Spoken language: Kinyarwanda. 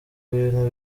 bintu